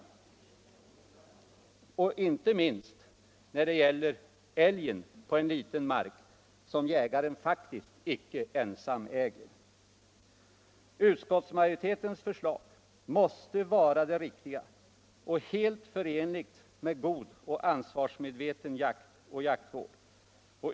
De gäller inte minst i fråga om en liten mark, där jägaren faktiskt icke ensam äger älgen. Utskottsmajoritetens förslag måste vara det riktiga och är helt förenligt med god och ansvarsmedveten jakt och jaktvård.